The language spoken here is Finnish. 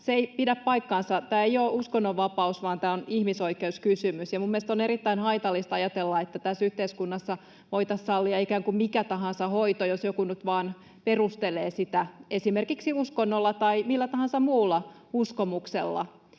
se ei pidä paikkaansa. — Tämä ei ole uskonnonvapaus vaan tämä on ihmisoikeuskysymys, ja minun mielestäni on erittäin haitallista ajatella, että tässä yhteiskunnassa voitaisiin sallia ikään kuin mikä tahansa hoito, jos joku nyt vain perustelee sitä esimerkiksi uskonnolla tai millä tahansa muulla uskomuksella.